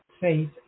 faith